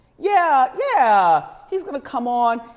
yeah, yeah, he's gonna come on.